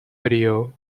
video